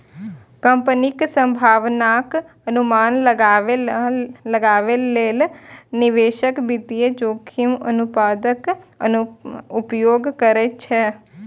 कंपनीक संभावनाक अनुमान लगाबै लेल निवेशक वित्तीय जोखिम अनुपातक उपयोग करै छै